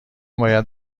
باید